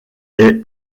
est